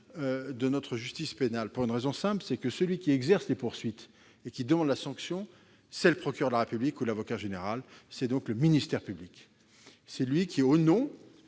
de notre justice pénale, pour une raison simple : celui qui exerce les poursuites et demande la sanction, c'est le procureur de la République ou l'avocat général, donc le ministère public. Au nom